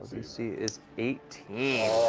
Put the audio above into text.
dc is eighteen,